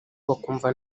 bakumva